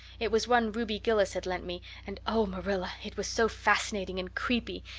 it was one ruby gillis had lent me, and, oh, marilla, it was so fascinating and creepy.